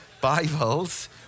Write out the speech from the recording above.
Bibles